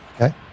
Okay